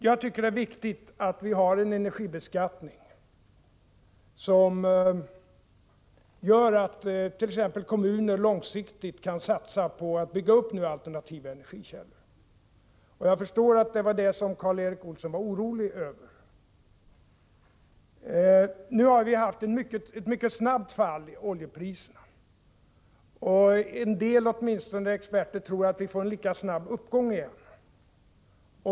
Jag tycker det är viktigt att vi har en energibeskattning som gör att t.ex. kommunerna långsiktigt kan satsa på att bygga upp alternativa energikällor. Jag förstår att det var detta som Karl Erik Olsson var orolig över. Nu har vi haft ett mycket snabbt fall för oljepriserna. Åtminstone en del experter tror att vi får en lika snabb uppgång igen.